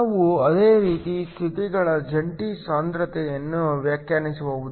ನಾವು ಅದೇ ರೀತಿ ಸ್ಥಿತಿಗಳ ಜಂಟಿ ಸಾಂದ್ರತೆಯನ್ನು ವ್ಯಾಖ್ಯಾನಿಸಬಹುದು